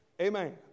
Amen